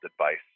advice